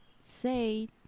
say